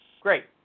Great